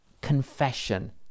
confession